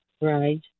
Right